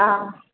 ஆ